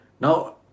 Now